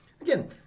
again